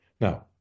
Now